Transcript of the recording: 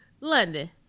London